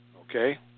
Okay